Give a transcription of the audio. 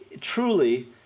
Truly